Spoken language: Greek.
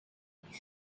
τους